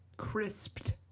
crisped